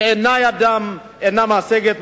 שידם אינה משגת,